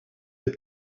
hebt